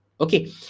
Okay